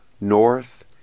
north